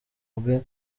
bwe